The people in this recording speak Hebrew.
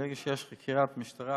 ברגע שיש חקירת משטרה,